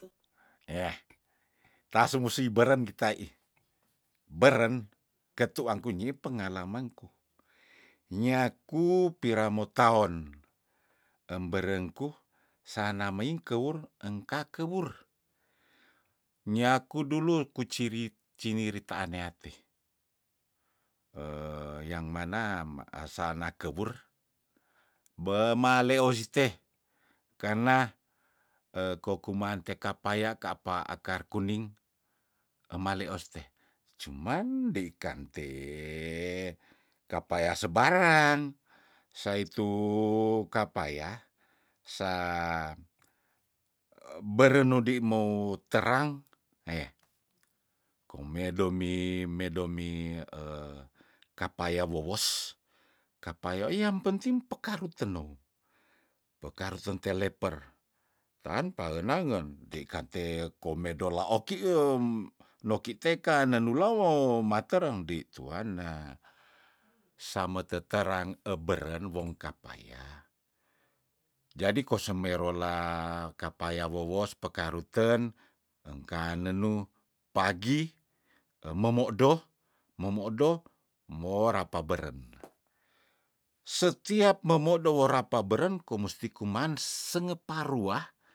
Eah tasumusiy beren kitaih beren ketuang kunyi pengalamangku nyaku pira mo tawon emberengku sana meing kewur engka kewur nyaku dulu kuciri cinirita aneate yang mana measana kewur be maleoh siteh karna eh kokumantek kapaya kapa akar kuning emaleos te cuman dei kante kapaya sebarang seitu kapayah sa berenudi mou terang eh kumedo mi medo mi kapaya wowos kapaya oiam penting pekarung tenung pekaru tente leper tanpa enangen dei kanteh komedo lah oki em noki tekane nula wo matereng dei tuanna same teterang eberen wong kapaya jadi kose merolah kapaya wowos pekaruten engka nenu pagi, ememodo memodo mo rapa beren setiap memodo worapa beren ko musti kuman sengepa ruah